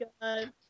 god